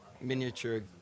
miniature